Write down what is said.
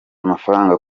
amafaranga